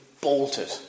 bolted